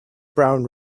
brown